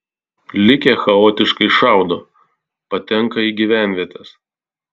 likę chaotiškai šaudo patenka į gyvenvietes